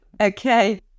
okay